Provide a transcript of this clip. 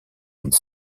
une